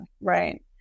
right